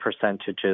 percentages